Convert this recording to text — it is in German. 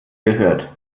gehört